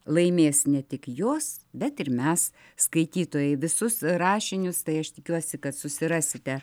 laimės ne tik jos bet ir mes skaitytojai visus rašinius tai aš tikiuosi kad susirasite